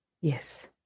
Yes